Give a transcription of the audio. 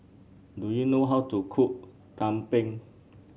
do you know how to cook tumpeng